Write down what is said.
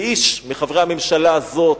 לאיש מחברי הממשלה הזאת,